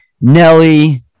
Nelly